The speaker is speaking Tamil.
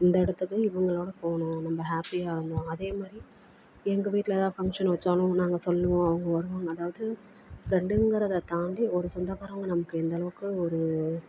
இந்த இடத்துக்கு இவங்களோட போனோம் நம்ம ஹேப்பியாக இருந்தோம் அதே மாதிரி எங்கள் வீட்டில் எதா ஃபங்க்ஷன் வெச்சாலும் நாங்கள் சொல்வோம் அவங்க வருவாங்க அதாவது ஃப்ரெண்டுங்கிறத தாண்டி ஒரு சொந்தக்காரங்க நமக்கு எந்த அளவுக்கு ஒரு